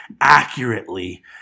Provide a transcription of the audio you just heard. accurately